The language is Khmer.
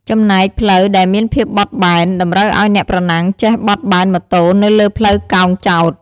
ចំណែកផ្លូវដែលមានភាពបត់បែន តម្រូវឲ្យអ្នកប្រណាំងចេះបត់បែនម៉ូតូនៅលើផ្លូវកោងចោត។